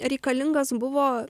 reikalingas buvo